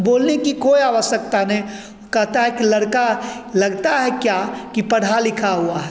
बोलने की कोई आवश्यकता नहीं कहता है कि लड़का लगता है क्या कि पढ़ा लिखा हुआ है